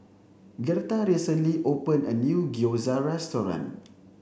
Gertha recently opened a new Gyoza restaurant